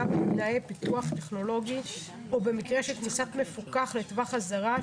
בתנאי פיקוח טכנולוגי או במקרה של כניסת מפוקח לטווח אזהרה,